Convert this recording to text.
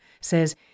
says